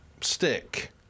stick